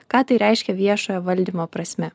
ką tai reiškia viešojo valdymo prasme